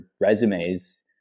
resumes